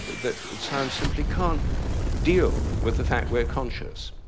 that science simply can't deal with the fact we're conscious.